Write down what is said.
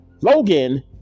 Logan